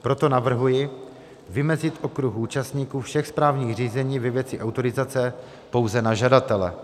Proto navrhuji vymezit okruh účastníků všech správních řízení ve věci autorizace pouze na žadatele.